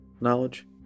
knowledge